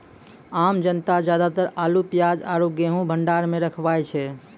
आम जनता ज्यादातर आलू, प्याज आरो गेंहूँ भंडार मॅ रखवाय छै